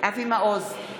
אבי מעוז,